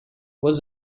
was